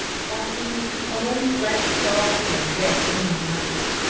tossing, foam-flecked jaws and red gleaming eyes.